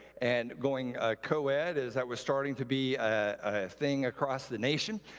and going coed as that was starting to be a thing across the nation.